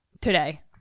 today